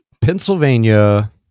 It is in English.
Pennsylvania